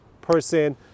person